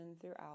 throughout